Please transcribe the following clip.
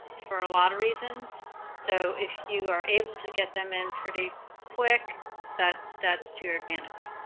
for a lot of reasons so if you are able to get them in pretty quick that that's to your advantage